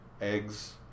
Eggs